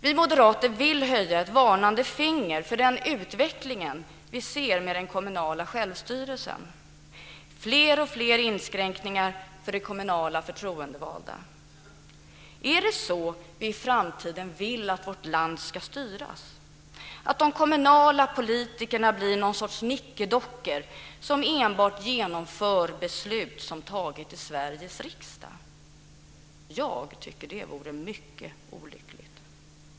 Vi moderater vill höja ett varnande finger för den utveckling som vi kan se för den kommunala självstyrelsen med fler och fler inskränkningar för de kommunala förtroendevalda. Är det så vi i framtiden vill att vårt land ska styras, att de kommunala politikerna blir någon sorts nickedockor som enbart genomför beslut som tagits i Sveriges riksdag? Jag tycker att det vore mycket olyckligt.